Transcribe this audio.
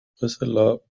brüsseler